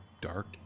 Dark